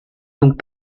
donc